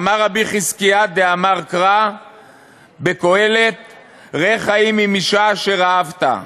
אמר חזקיה דאמר קרא בקהלת "ראה חיים עם אשה אשר אהבת",